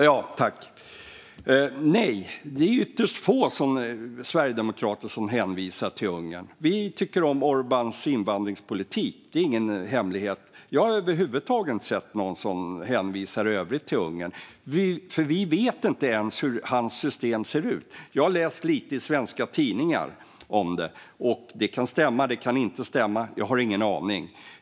Herr ålderspresident! Nej, det är ytterst få sverigedemokrater som hänvisar till Ungern. Vi tycker om Orbáns invandringspolitik; det är ingen hemlighet. Men jag har över huvud taget inte hört någon som hänvisar i övrigt till Ungern, för vi vet inte ens hur hans system ser ut. Jag har läst lite i svenska tidningar om det, och det kan stämma eller det kan inte stämma - jag har ingen aning.